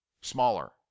smaller